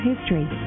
history